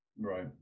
right